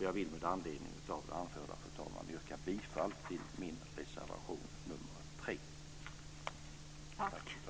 Jag vill med anledning av det anförda, fru talman, yrka bifall till min reservation nr 3.